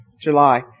July